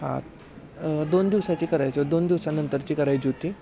हा दोन दिवसाची करायची दोन दिवसानंतरची करायची होती